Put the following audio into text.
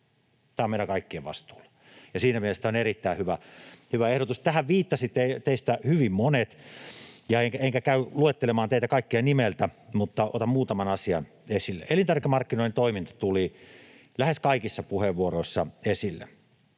Tämä on meidän kaikkien vastuulla, ja siinä mielessä tämä on erittäin hyvä ehdotus. Tähän viittasivat teistä hyvin monet. En käy luettelemaan teitä kaikkia nimeltä, mutta otan muutaman asian esille. Elintarvikemarkkinoiden toiminta tuli lähes kaikissa puheenvuoroissa esille,